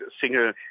single